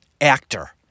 actor